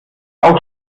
auch